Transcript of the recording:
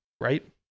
right